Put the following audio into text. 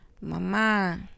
mama